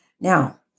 now